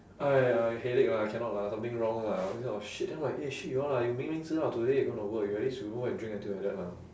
!aiya! I headache lah I cannot lah something wrong lah all this kind of shit then I'm like eh shit you all lah you 明明知道 today you gonna work you at least you won't go and drink until like that mah